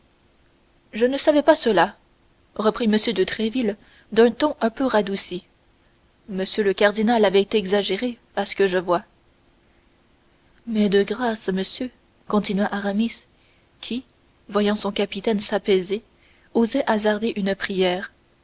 je ne savais pas cela reprit m de tréville d'un ton un peu radouci m le cardinal avait exagéré à ce que je vois mais de grâce monsieur continua aramis qui voyant son capitaine s'apaiser osait hasarder une prière